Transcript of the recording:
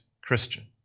Christian